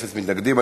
אפס מתנגדים.